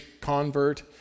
convert